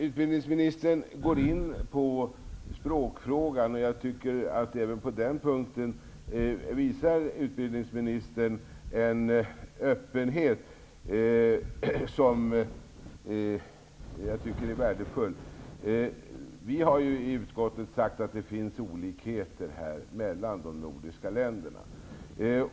Utbildningsministern går in på språkfrågan, och jag tycker att han även på den punkten visar en värdefull öppenhet. Utskottet har framhållit att det här finns olikheter mellan de nordiska länderna.